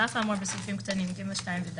על אף האמור בסעיפים קטנים (ג)(2) ו-(ד),